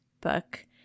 book